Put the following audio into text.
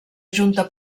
junta